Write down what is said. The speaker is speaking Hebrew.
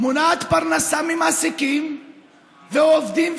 מונעת פרנסה ממעסיקים ועובדים,